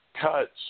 Cuts